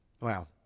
Wow